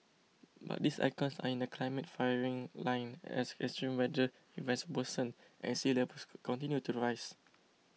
but these icons are in the climate firing line as extreme weather events worsen and sea levels continue to rise